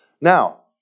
Now